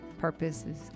purposes